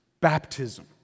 baptism